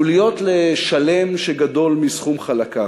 הוא להיות לשלם שגדול מסכום חלקיו.